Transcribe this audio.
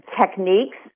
techniques